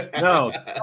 No